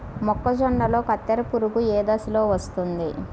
మొక్కజొన్నలో కత్తెర పురుగు ఏ దశలో వస్తుంది?